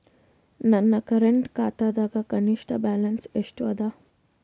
ನನ್ನ ಕರೆಂಟ್ ಖಾತಾದಾಗ ಕನಿಷ್ಠ ಬ್ಯಾಲೆನ್ಸ್ ಎಷ್ಟು ಅದ